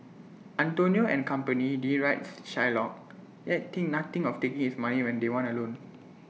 Antonio and company derides Shylock yet think nothing of taking his money when they want A loan